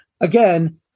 Again